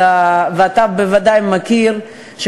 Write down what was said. ואתה בוודאי מכיר את זה,